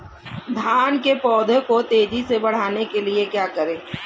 धान के पौधे को तेजी से बढ़ाने के लिए क्या करें?